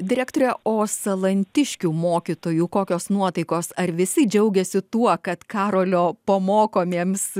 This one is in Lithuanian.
direktore o salantiškių mokytojų kokios nuotaikos ar visi džiaugiasi tuo kad karolio pamokomiems